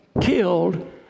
killed